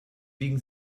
biegen